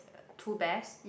two bears